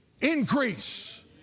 increase